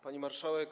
Pani Marszałek!